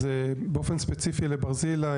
אז באופן ספציפי לברזילי,